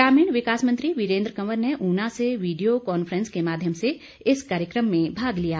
ग्रामीण विकास मंत्री वीरेंद्र कवर ने ऊना से वीडियो कांफ्रेंस के माध्यम से इस कार्यक्रम में भाग लिया